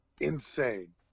insane